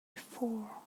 before